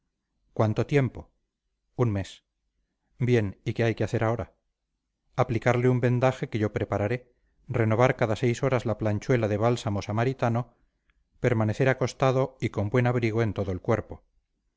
cuánto tiempo un mes bien y qué hay que hacer ahora aplicarle un vendaje que yo prepararé renovar cada seis horas la planchuela de bálsamo samaritano permanecer acostado y con buen abrigo en todo el cuerpo